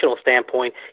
standpoint